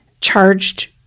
charged